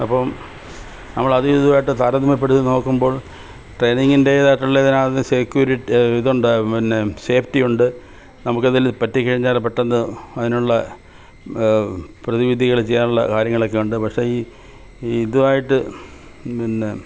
അപ്പം നമ്മൾ അതുമിതുമായിട്ട് താരതമ്യപ്പെടുത്തി നോക്കുമ്പോൾ ട്രെയിനിംഗിൻ്റേതായിട്ടുള്ള അതിനകത്ത് സെക്യൂരിറ്റി ഇതുണ്ട് പിന്നെ സേഫ്റ്റിയുണ്ട് നമുക്ക് എന്തേലും പറ്റി കഴിഞ്ഞാൽ പെട്ടെന്ന് അതിനുള്ള പ്രതിവിധികൾ ചെയ്യാനുള്ള കാര്യങ്ങളൊക്കെയുണ്ട് പക്ഷേ ഈ ഇതുമായിട്ടു പിന്നെ